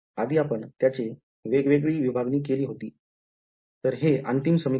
आधी आपण त्याचे वेगवेगळी विभागणी केली होती तर हे अंतिम समीकरणं आहेत